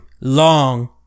long